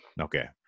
Okay